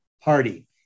party